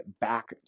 back